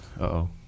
Uh-oh